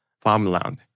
farmland